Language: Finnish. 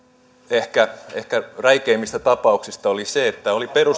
ehkä ehkä räikeimmistä tapauksista oli se että oli perustettu nimenomaan